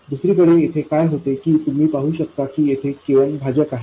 दुसरीकडे येथे काय होते की तुम्ही पाहू शकता की येथे kn भाजक आहे